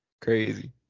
Crazy